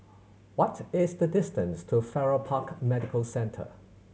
what is the distance to Farrer Park Medical Centre